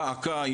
דא עקא,